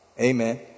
amen